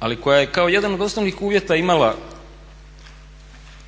ali koja je kao jedan od osnovnih uvjeta imala